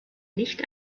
nicht